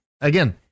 again